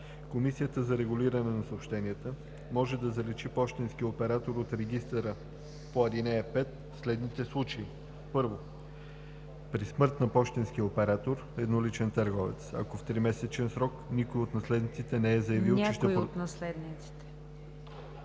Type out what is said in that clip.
Комисията за регулиране на съобщенията може да заличи пощенски оператор от регистъра по ал. 5 в следните случаи: 1. при смърт на пощенския оператор – едноличен търговец, ако в тримесечен срок някой от наследниците не е заявил, че ще продължи